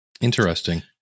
Interesting